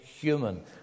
human